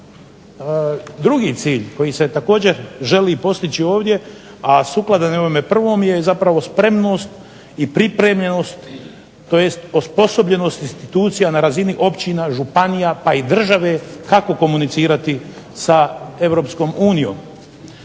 drugi cilj koji se također želi postići ovdje, a sukladan je ovom prvom je zapravo spremnost i pripremljenost tj. osposobljenost institucija na razini općina, županija pa i države kako komunicirati sa Europskom unijom.